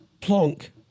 Plonk